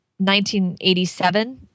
1987